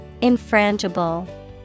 infrangible